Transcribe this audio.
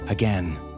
Again